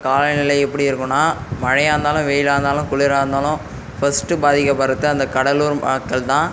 காலநிலை எப்படி இருக்குன்னா மழையாக இருந்தாலும் வெயிலாக இருந்தாலும் குளுராக இருந்தாலும் ஃபர்ஸ்ட் பாதிக்க படுகிறது அந்த கடலூர் மக்கள் தான்